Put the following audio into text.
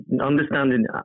understanding